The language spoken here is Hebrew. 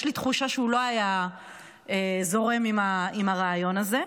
יש לי תחושה שהוא לא היה זורם עם הרעיון הזה.